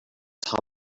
top